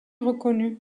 reconnu